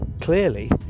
clearly